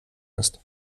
ist